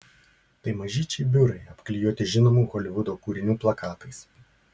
tai mažyčiai biurai apklijuoti žinomų holivudo kūrinių plakatais